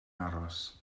aros